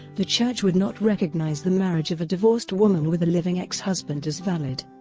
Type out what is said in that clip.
the church would not recognise the marriage of a divorced woman with a living ex-husband as valid.